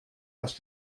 dass